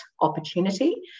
opportunity